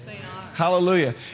Hallelujah